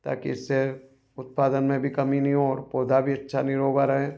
ताकि इससे उत्पादन में भी कमी नहीं हो और पौधा भी अच्छा निरोवा रहे